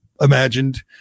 imagined